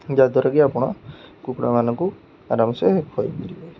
ଯାହାଦ୍ୱାରା କିି ଆପଣ କୁକୁଡ଼ାମାନଙ୍କୁ ଆରାମସେ ଖୁଆଇପାରିବେ